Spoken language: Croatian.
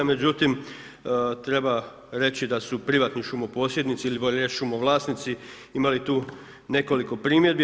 Međutim, treba reći da su privatni šumoposjednici ili bolje rečeno šumovlasnici imali tu nekoliko primjedbi.